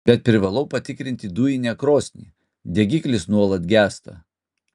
bet privalau patikrinti dujinę krosnį degiklis nuolat gęsta